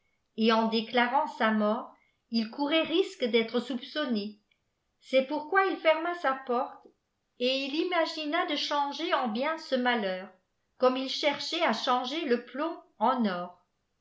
et en déclarant sa lîiort il crittraift risque d'être soupçonné c'est pouiquoi il ferma sa pohé ël'iî magina de changer en bien ce malheuf coiûme if cheffchkï à chaqger le plomb en or